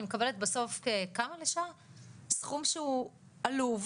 אני מקבלת בסוף סכום שהוא עלוב'